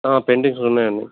paintings ఉన్నాయండి